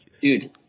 Dude